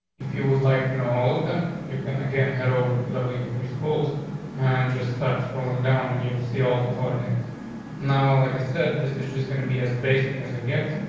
if you would like to know all of them. you can again head over to w three schools on. and just start scrolling down and you'll see all the color names now, like i said, this is just gonna be as basic as it gets.